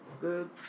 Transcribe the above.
Good